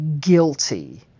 guilty